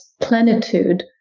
plenitude